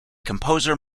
composer